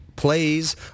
Plays